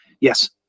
yes